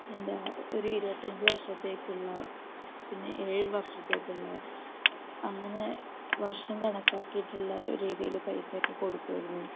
എന്താ ഒരു ഇരുപത്തഞ്ച് വർഷത്തേക്കുള്ള പിന്നെ ഏഴ് വർഷത്തേക്കുള്ള അങ്ങനെ വർഷം കണക്കാക്കിയിട്ടുള്ള രീതിയിൽ പൈസ ഒക്കെ കൊടുക്കുമായിരുന്നു